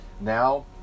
Now